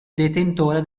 detentore